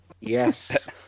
Yes